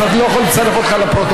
אז אני לא יכול לצרף אותך לפרוטוקול.